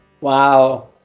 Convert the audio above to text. Wow